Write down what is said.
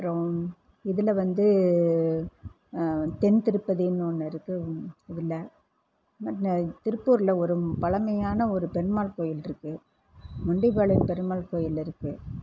அப்புறம் இதில் வந்து தென் திருப்பதின்னு ஒன்று இருக்குது இதில் திருப்பூரில் ஒரு பழமையான ஒரு பெருமாள் கோயில் இருக்குது மொண்டிபாளையம் பெருமாள் கோயில் இருக்குது